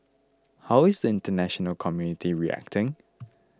how is the international community reacting